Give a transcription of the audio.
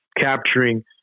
capturing